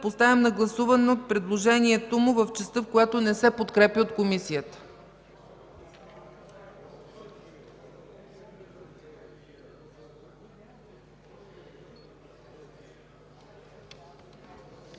Поставям на гласуване предложението му в частта, която не се подкрепя от Комисията.